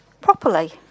properly